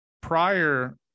Prior